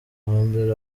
hambere